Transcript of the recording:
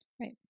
right